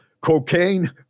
Cocaine